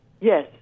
Yes